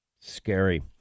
Scary